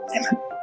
Amen